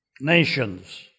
Nations